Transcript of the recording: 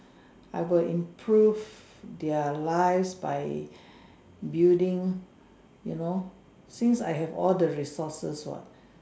I will improve their lives by building you know since I have all the resources what